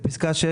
בסעיף 6,